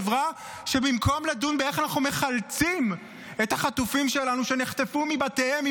חברה שבמקום לדון באיך אנחנו מחלצים את החטופים שלנו שנחטפו מבתיהם,